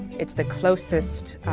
it's the closest